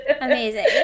Amazing